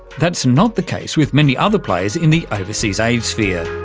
that's not the case with many other players in the overseas aid sphere.